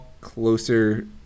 closer